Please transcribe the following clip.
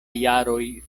jaroj